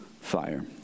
fire